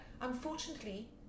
Unfortunately